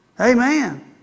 Amen